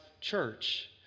church